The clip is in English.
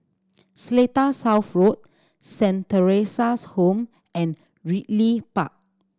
Seletar South Road Saint Theresa's Home and Ridley Park